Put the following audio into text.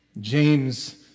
James